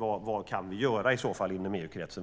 Vad kan vi i så fall göra inom EU-kretsen?